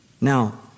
Now